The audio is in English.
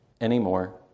anymore